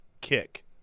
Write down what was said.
kick